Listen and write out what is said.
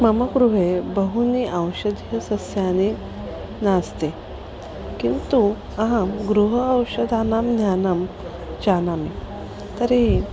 मम गृहे बहूनि औषधीयसस्यानि नास्ति किन्तु अहं गृह औषधानां ज्ञानं जानामि तर्हि